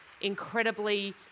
incredibly